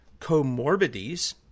comorbidities